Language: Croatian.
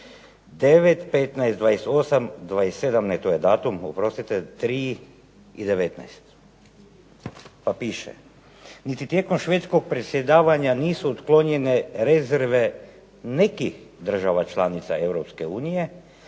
9., 15., 28., 27., ne to je datum oprostite, 3. i 19. Pa piše niti tijekom švedskog predsjedavanja nisu otklonjene rezerve nekih država članica